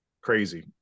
crazy